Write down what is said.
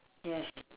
yes